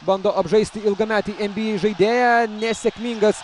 bando apžaisti ilgametį nba žaidėją nesėkmingas